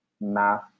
math